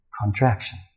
contraction